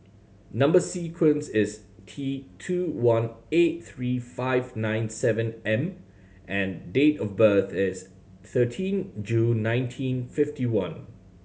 number sequence is T two one eight three five nine seven M and date of birth is thirteen June nineteen fifty one